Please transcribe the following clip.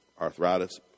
arthritis